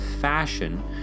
fashion